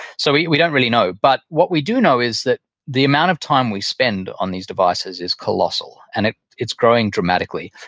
so we we don't really know but what we do know is that the amount of time we spend on these devices is colossal, and it's growing dramatically.